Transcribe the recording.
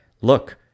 Look